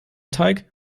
teig